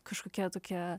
kažkokia tokia